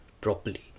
properly